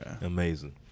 Amazing